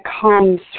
comes